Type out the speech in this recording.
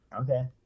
Okay